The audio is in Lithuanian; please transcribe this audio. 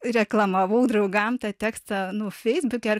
reklamavau draugam tą tekstą nu feisbuke ar